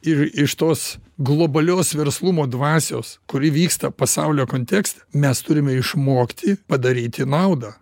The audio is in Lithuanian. ir iš tos globalios verslumo dvasios kuri vyksta pasaulio kontekste mes turime išmokti tai padaryti naudą